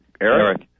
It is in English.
Eric